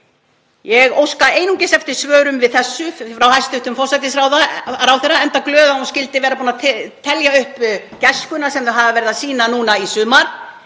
Ég óska einungis eftir svörum við þessu frá hæstv. forsætisráðherra, enda glöð að hún skyldi vera búin að telja upp gæskuna sem þau hafa verið að sýna nú í sumar.